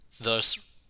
thus